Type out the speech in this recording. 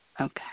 Okay